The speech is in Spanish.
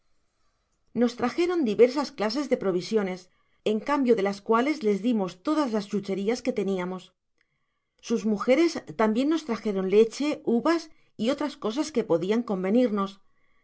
nos trajeron diversas clases de provisiones en cambio de las cuales les dimos todas las chucherias que teniamos sus mujeres tambien nos trajeron leche uvas y otras cosas que podian convenirnos